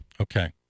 Okay